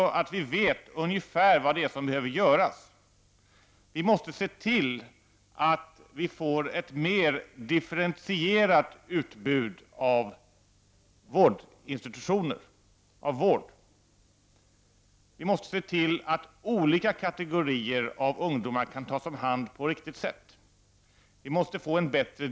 Vi vet ungefär vad som behöver göras. Man måste se till att utbudet av vård blir mer differentierat och att olika kategorier av ungdomar kan tas om hand på ett riktigt sätt.